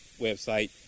website